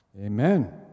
Amen